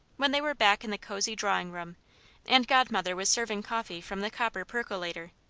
when they were back in the cozy drawing-room and godmother was serving coffee from the copper percolator.